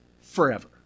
forever